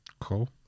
Cool